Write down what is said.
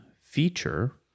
feature